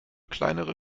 kleinere